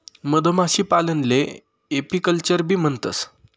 मधमाशीपालनले एपीकल्चरबी म्हणतंस